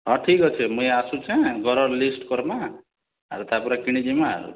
ହଉ ଠିକ୍ ଅଛି ମୁଇଁ ଅଛେଁ ଘରର୍ ଲିଷ୍ଟ୍ କର୍ମା ଆର୍ ତାପରେ କିଣି ଯିମା